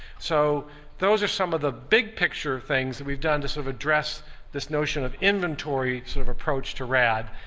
so those are some of the big picture things that we've done to sort of address this notion of inventory sort of approach to rad,